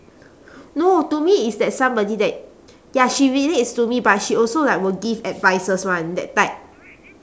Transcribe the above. no to me is that somebody that ya she relates to me but she also like will give advices [one] that type